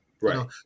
Right